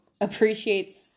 appreciates